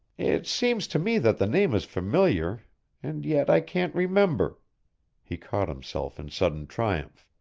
it seems to me that the name is familiar and yet i can't remember he caught himself in sudden triumph.